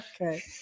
Okay